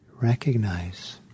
recognize